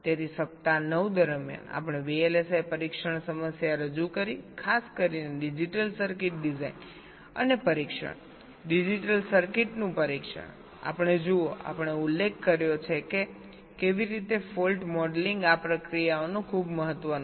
તેથી સપ્તાહ 9 દરમિયાન આપણે VLSI પરીક્ષણ સમસ્યા રજૂ કરી ખાસ કરીને ડિજિટલ સર્કિટ ડિઝાઇન અને પરીક્ષણડિજિટલ સર્કિટનું પરીક્ષણ આપણે જુઓ આપણે ઉલ્લેખ કર્યો છે કે કેવી રીતે ફોલ્ટ મોડેલિંગ આ પ્રક્રિયામાં ખૂબ મહત્વનું છે